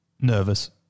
Nervous